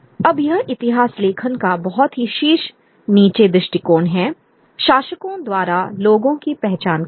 अब यह इतिहास लेखन का बहुत ही शीर्ष नीचे दृष्टिकोण है शासकों द्वारा लोगों की पहचान करना